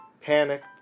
panicked